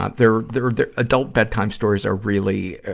ah their, their, their adult bedtime stories are really, ah,